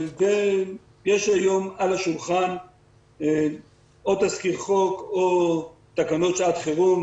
יש היום על השולחן או תזכיר חוק או תקנות שעת חירום,